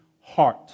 heart